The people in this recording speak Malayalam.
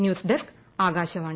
news desk Akashvani